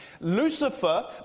Lucifer